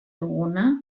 duguna